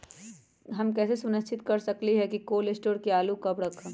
हम कैसे सुनिश्चित कर सकली ह कि कोल शटोर से आलू कब रखब?